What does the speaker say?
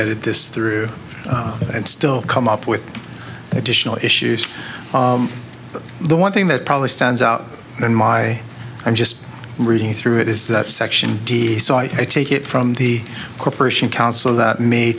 this through and still come up with additional issues but the one thing that probably stands out in my i'm just reading through it is that section d so i take it from the corporation counsel that may